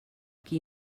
qui